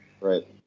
Right